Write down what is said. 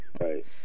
Right